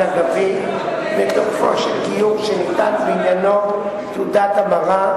אגבי בתוקפו של גיור שניתנה בעניינו תעודת המרה,